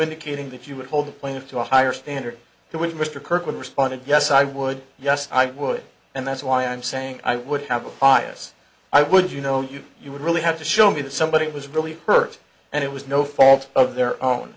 indicating that you would hold plaintiff to a higher standard to which mr kirkwood responded yes i would yes i would and that's why i'm saying i would have a bias i would you know you you would really have to show me that somebody was really hurt and it was no fault of their own